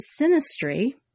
Sinistry